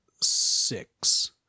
six